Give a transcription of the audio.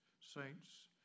saints